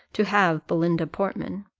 to have belinda portman.